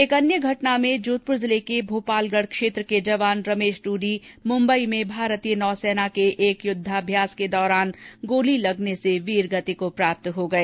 एक अन्य घटना में जोधपुर जिले के भोपालगढ़ क्षेत्र के जवान रमेश ड्रडी मुंबई में भारतीय नौसेना के एक युद्धाभ्यास के दौरान गोली लगने से वीरगति को प्राप्त हो गए